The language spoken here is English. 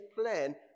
plan